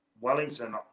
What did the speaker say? Wellington